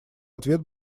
ответ